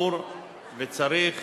שיפור וצריך